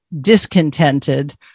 discontented